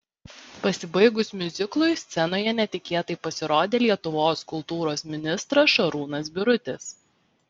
pasibaigus miuziklui scenoje netikėtai pasirodė lietuvos kultūros ministras šarūnas birutis